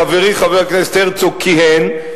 חברי חבר הכנסת הרצוג כיהן,